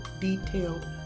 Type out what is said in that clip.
detailed